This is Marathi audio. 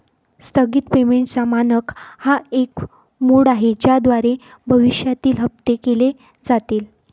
स्थगित पेमेंटचा मानक हा एक मोड आहे ज्याद्वारे भविष्यातील हप्ते केले जातील